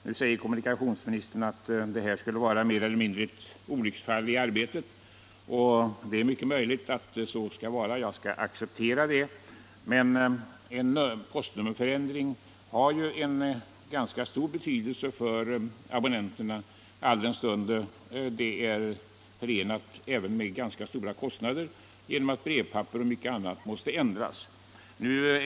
Nu säger kommunikationsministern att det i detta fall mer eller mindre skulle röra sig om ett olycksfall i arbetet. Det är mycket möjligt att det förhåller sig så — och jag skall acceptera den förklaringen Nr 69 — men en postnummerförändring har ju ganska stor betydelse för abonnenterna, alldenstund den även är förenad med ganska stora kostnader för dem genom att trycket på brevpapper och mycket annat måste ändras.